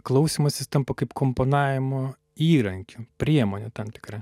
klausymasis tampa kaip komponavimo įrankiu priemone tam tikra